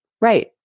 Right